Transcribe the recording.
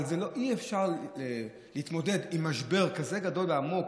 אבל אי-אפשר להתמודד עם משבר כזה גדול ועמוק,